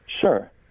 Sure